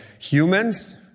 Humans